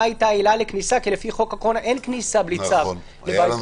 מה הייתה העילה לכניסה כי לפי חוק הקורונה אין כניסה בלי צו לבית פרטי.